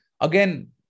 again